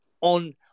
on